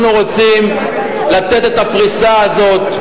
אנחנו רוצים לתת את הפריסה הזאת.